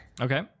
Okay